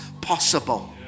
possible